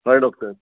हय डॉक्टर